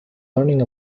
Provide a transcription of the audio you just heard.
learning